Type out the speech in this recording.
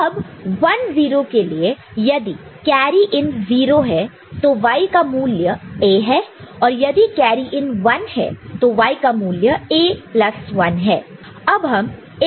अब 1 0 के लिए यदि कैरी इन 0 है तो Y का मूल्य A है और यदि कैरी इन 1 है तो Y का मूल्य A प्लस 1 है